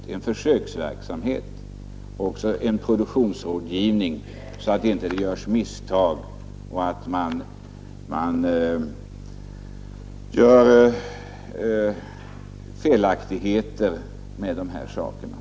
Det bör också ges en produktionsrådgivning, så att det inte begås några misstag.